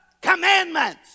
commandments